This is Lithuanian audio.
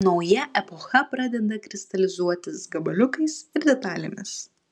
nauja epocha pradeda kristalizuotis gabaliukais ir detalėmis